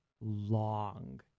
long